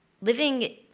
living